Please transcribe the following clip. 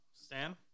Stan